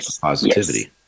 positivity